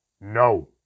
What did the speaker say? No